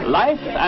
life